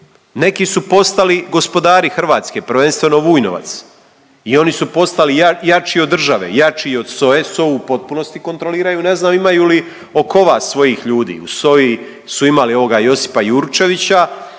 Neki su postali gospodari Hrvatske prvenstveno Vujnovac i oni su postali jači od države, jači od SOA-e. SOA-u u potpunosti kontroliraju. Ne znam imaju li oko vas svojih ljudi. U SOA-i su imali ovoga Josipa Jurčevića,